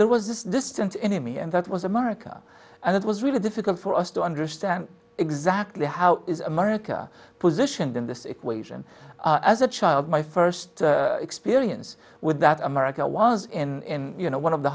there was this distant enemy and that was america and it was really difficult for us to understand exactly how is america positioned in this equation as a child my first experience with that america was in you know one of the